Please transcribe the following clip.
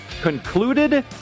concluded